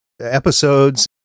episodes